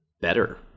better